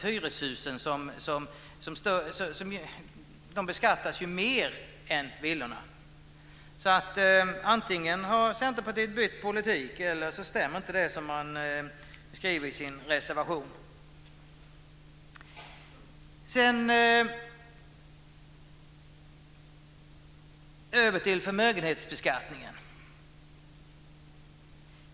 Hyreshusen beskattas ju mer än villorna. Antingen har Centerpartiet alltså bytt politik eller så stämmer inte det man skriver i sin reservation. Jag går sedan över till förmögenhetsbeskattningen.